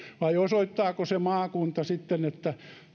vai osoittaako se maakunta sitten että